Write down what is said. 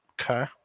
Okay